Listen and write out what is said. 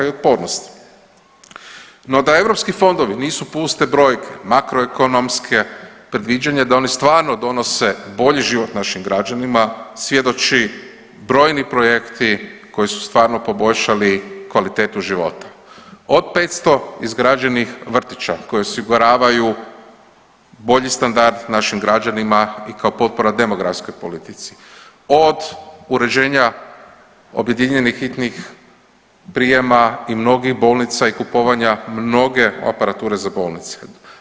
No da europski fondovi nisu puste brojke makroekonomska predviđanja da oni stvarno donose bolji život našim građanima svjedoči brojni projekti koji su stvarno poboljšali kvalitetu života, od 500 izgrađenih vrtića koji osiguravaju bolji standard našim građanima i kao potpora demografskoj politici, od uređenja objedinjenih hitnih prijema i mnogih bolnica i kupovanja mnoge aparature za bolnice.